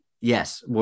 yes